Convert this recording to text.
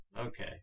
Okay